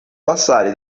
passare